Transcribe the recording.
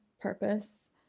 purpose